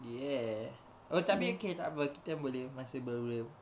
ya oh tapi K takpe kita boleh masa baru